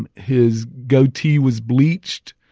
and his goatee was bleached.